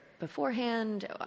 beforehand